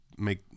make